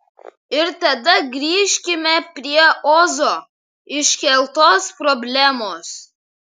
ir tada grįžkime prie ozo iškeltos problemos